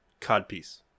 Codpiece